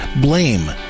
blame